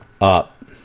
up